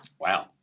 Wow